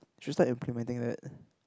should start implementing that